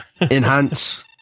Enhance